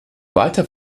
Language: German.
weiter